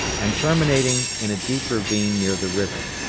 and terminating in a deep ravine near the river.